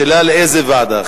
השאלה היא לאיזו ועדה.